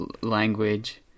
language